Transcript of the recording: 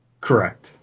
Correct